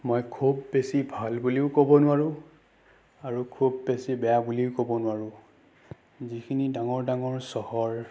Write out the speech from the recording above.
মই খুব বেছি ভাল বুলিও ক'ব নোৱাৰোঁ আৰু খুব বেছি বেয়া বুলিও ক'ব নোৱাৰোঁ যিখিনি ডাঙৰ ডাঙৰ চহৰ